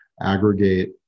aggregate